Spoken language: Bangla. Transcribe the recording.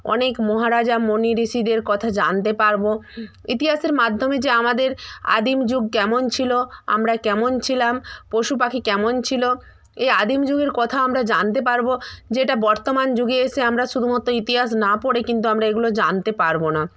অনেক মহারাজা মণি ঋষিদের কথা জানতে পারবো ইতিহাসের মাধ্যমে যে আমাদের আদিম যুগ কেমন ছিলো আমরা কেমন ছিলাম পশু পাখি কেমন ছিলো এই আদিম যুগের কথা আমরা জানতে পারবো যেটা বর্তমান যুগে এসে আমরা শুধুমাত্র ইতিহাস না পড়ে কিন্তু আমরা এগুলো জানতে পারবো না